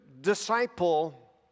disciple